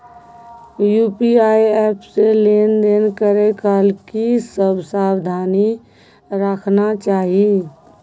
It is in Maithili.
यु.पी.आई एप से लेन देन करै काल की सब सावधानी राखना चाही?